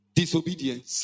disobedience